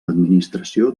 administració